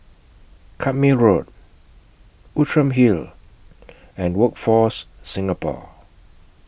Carpmael Road Outram Hill and Workforce Singapore